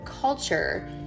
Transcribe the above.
culture